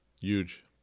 Huge